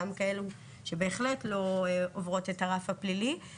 גם כאלה שבהחלט לא עוברות את הרף הפלילי;